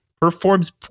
performs